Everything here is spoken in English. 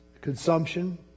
consumption